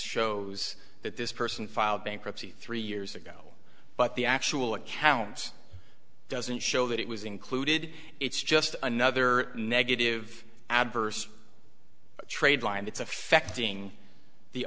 shows that this person filed bankruptcy three years ago but the actual accounts doesn't show that it was included it's just another negative adverse trade lined it's affecting the